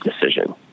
decision